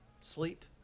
sleep